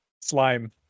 Slime